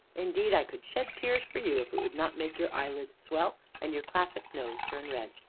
indeed, i could shed tears for you if it would not make your eyelids swell and your classic nose turn red.